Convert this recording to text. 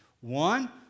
One